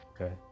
Okay